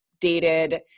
dated